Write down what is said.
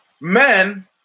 men